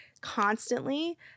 constantly